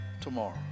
tomorrow